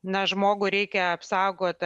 na žmogų reikia apsaugot